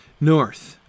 North